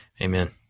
Amen